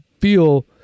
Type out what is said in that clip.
feel